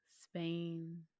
Spain